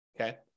okay